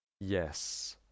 yes